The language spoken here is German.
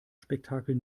spektakel